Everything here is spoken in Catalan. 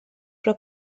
però